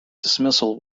dismissal